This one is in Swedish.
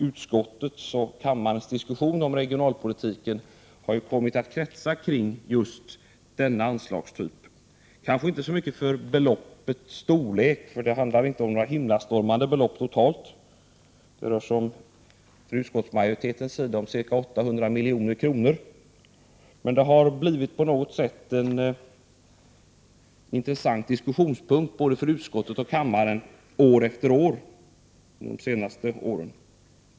Utskottet och kammarens diskussion om regionalpolitiken har alltmer kommit att kretsa kring just denna anslagstyp, kanske inte så mycket för beloppets storlek — totalt handlar det inte om några himlastormande belopp, ca 800 milj.kr. som utskottsmajoriteten föreslår — men på något sätt har detta blivit en intressant diskussionspunkt under de senaste åren.